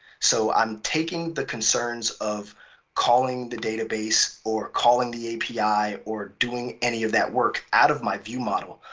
so i'm taking the concerns of calling the database or calling the api or doing any of that work out of my viewmodel,